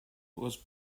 was